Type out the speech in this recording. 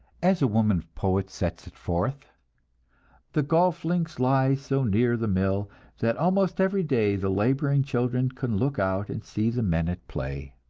as a woman poet sets it forth the golf links lie so near the mill that almost every day the laboring children can look out and see the men at play.